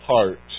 heart